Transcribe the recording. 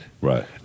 Right